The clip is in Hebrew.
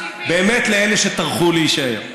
באמת לאלה שטרחו להישאר.